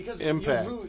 impact